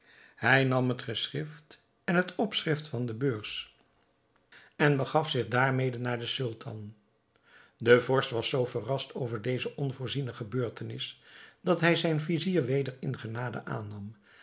hij nam het geschrift en het opschrift van de beurs en begaf zich daarmede naar den sultan de vorst was zoo verrast over deze onvoorziene gebeurtenis dat hij zijn vizier weder in genade aannam